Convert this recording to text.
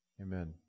Amen